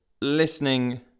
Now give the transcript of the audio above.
listening